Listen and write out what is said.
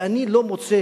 ואני לא מוצא